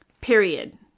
period